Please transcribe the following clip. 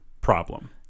problem